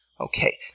Okay